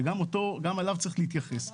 שגם אליו צריך להתייחס.